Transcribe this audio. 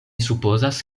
supozas